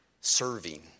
serving